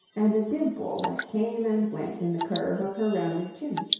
and a dimple that came and went in the curve of her rounded chin.